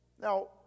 Now